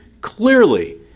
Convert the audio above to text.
clearly